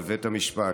בבית המשפט.